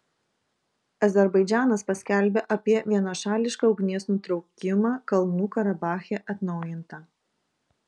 azerbaidžanas paskelbė apie vienašališką ugnies nutraukimą kalnų karabache atnaujinta